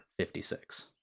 56